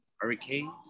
Hurricanes